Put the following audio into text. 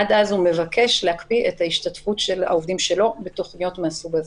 עד אז הוא מבקש להקפיא את ההשתתפות של העובדים שלו בתכניות מהסוג הזה.